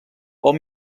hom